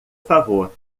favor